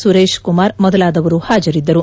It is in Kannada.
ಸುರೇಶ್ ಕುಮಾರ್ ಮೊದಲಾದವರು ಹಾಜರಿದ್ದರು